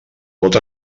pot